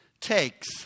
takes